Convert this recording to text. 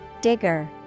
Digger